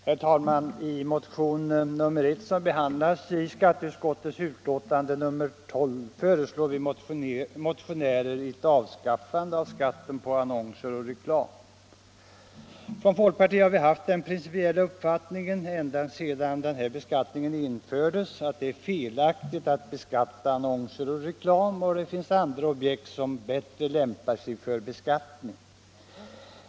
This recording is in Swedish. Herr talman! I motionen 1, som behandlas i skatteutskottets betänkande nr 12, föreslås ett avskaffande av skatten på annonser och reklam. I folkpartiet har vi haft den principiella uppfattningen ända sedan den här beskattningen infördes att det är felaktigt att beskatta annonser och reklam och att det finns andra objekt som bättre lämpar sig för beskattning.